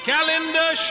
Calendar